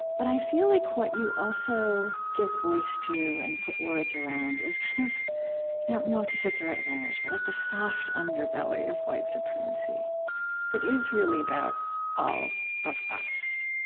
but i feel like what you also give voice to and put words around is kind of and i don't know if this is the right language, but like the soft underbelly of white supremacy that is really about all of us,